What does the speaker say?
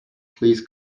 please